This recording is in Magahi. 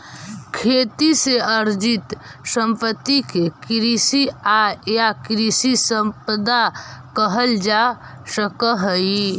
खेती से अर्जित सम्पत्ति के कृषि आय या कृषि सम्पदा कहल जा सकऽ हई